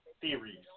theories